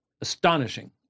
astonishing